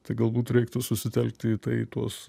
tai galbūt reiktų susitelkti į tai tuos